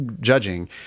judging